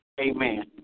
Amen